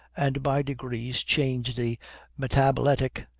and by degrees changed the metabletic,